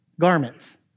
garments